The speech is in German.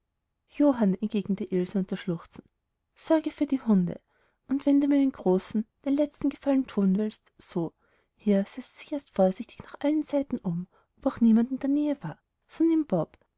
johann entgegnete ilse unter schluchzen sorge für die hunde und wenn du mir einen großen den letzten gefallen thun willst so hier sah sie sich erst vorsichtig nach allen seiten um ob auch niemand in der nähe war so nimm bob